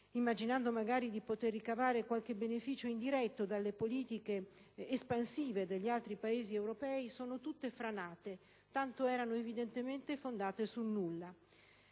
immaginando magari di poter ricavare qualche beneficio indiretto dalle politiche espansive degli altri Paesi europei, sono tutte franate, tanto erano evidentemente fondate sul nulla.